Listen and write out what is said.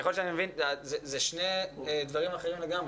ככל שאני מבין, אלה שני דברים אחרים לגמרי.